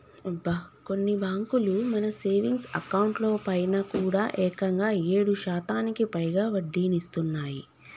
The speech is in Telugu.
అబ్బా కొన్ని బ్యాంకులు మన సేవింగ్స్ అకౌంట్ లో పైన కూడా ఏకంగా ఏడు శాతానికి పైగా వడ్డీనిస్తున్నాయి